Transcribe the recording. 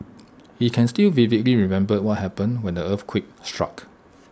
he can still vividly remember what happened when the earthquake struck